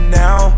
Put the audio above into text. now